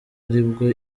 aribwo